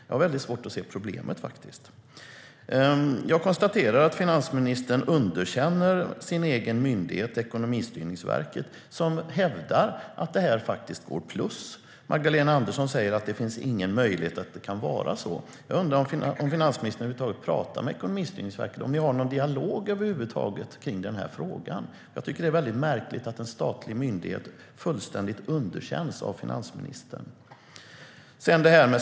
Jag har svårt att se problemet. Jag konstaterar att finansministern underkänner sin egen myndighet, Ekonomistyrningsverket, som hävdar att detta går med plus. Magdalena Andersson säger att det inte finns någon möjlighet att det kan vara så. Jag undrar om finansministern över huvud taget talar med Ekonomistyrningsverket. Har ni någon dialog i frågan? Jag tycker att det är märkligt att en statlig myndighet fullständigt underkänns av finansministern.